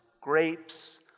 grapes